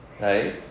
right